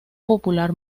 popular